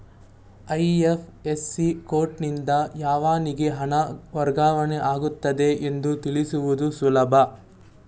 IFSC ಕೋಡ್ನಿಂದ ಯಾವನಿಗೆ ಹಣ ವರ್ಗಾವಣೆ ಆಗುತ್ತಿದೆ ಎಂದು ತಿಳಿಸುವುದು ಸುಲಭ